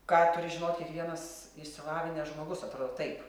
ką turi žinot kiekvienas išsilavinęs žmogus atrodo taip